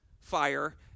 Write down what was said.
Fire